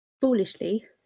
foolishly